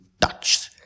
touch